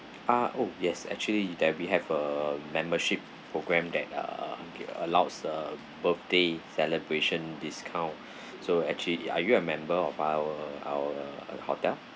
ah oh yes actually that we have a membership program that uh allows uh birthday celebration discount so actually are you a member of our our hotel